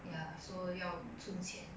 ya so 要存钱